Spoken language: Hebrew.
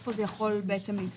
איפה זה יכול להתממש?